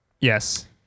yes